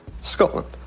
Scotland